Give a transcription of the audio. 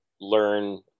learn